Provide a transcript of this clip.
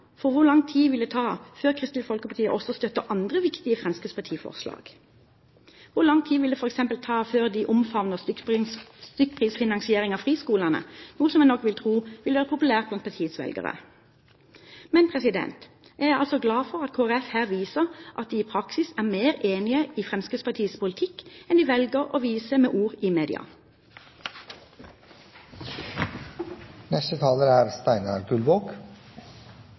for hvor lang tid vil det ta før Kristelig Folkeparti også støtter andre viktige fremskrittspartiforslag? Hvor lang tid vil det f.eks. ta før de omfavner stykkprisfinansiering av friskolene, noe jeg vil tro vil være populært blant partiets velgere? Jeg er altså glad for at Kristelig Folkeparti her viser at de i praksis er mer enig i Fremskrittspartiets politikk enn de velger å vise med ord i media. Jeg synes det er